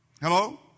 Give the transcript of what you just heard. Hello